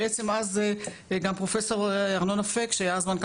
אז גם פרופ' ארנון אפק שהיה אז מנכ"ל